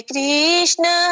Krishna